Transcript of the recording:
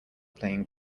playing